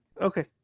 Okay